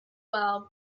well